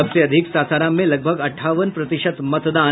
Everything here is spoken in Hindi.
सबसे अधिक सासाराम में लगभग अठावन प्रतिशत मतदान